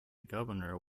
governor